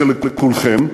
אני אומר את זה לכולכם,